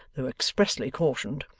though expressly cautioned.